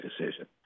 decision